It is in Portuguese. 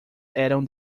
eram